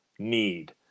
need